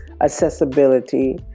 accessibility